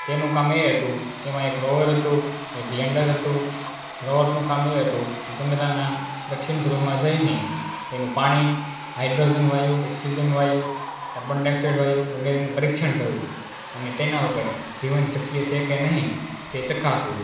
તેનું કામ એ હતું તેમાં એક રોવર હતું એક લેન્ડર હતું રોવરનું કામ એ હતું કે ચંદ્રના દક્ષિણ ધ્રુવમાં જઈને તેનું પાણી હાઈડ્રોજન વાયુ ઓક્સિજન વાયુ કાર્બન ડાયોક્સાઇડ વાયુ વગેરેનું પરીક્ષણ કરવું અને તેના ઉપર જીવન શક્ય છે કે નહીં તે ચકાસવું